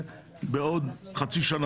לבן אדם שהוא יקבל את הכסף בעוד חצי שנה,